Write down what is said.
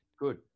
good